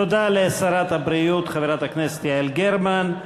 תודה לשרת הבריאות, חברת הכנסת יעל גרמן.